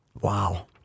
Wow